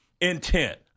intent